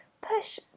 push